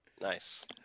Nice